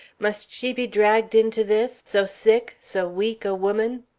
must she be dragged into this so sick, so weak a woman?